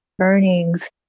earnings